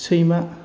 सैमा